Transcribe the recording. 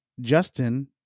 Justin